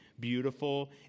Beautiful